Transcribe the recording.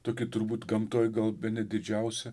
tokį turbūt gamtoj gal bene didžiausią